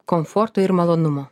komforto ir malonumo